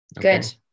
Good